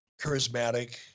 charismatic